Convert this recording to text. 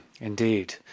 indeed